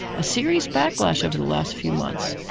a serious backlash, over the last few months.